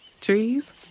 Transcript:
Trees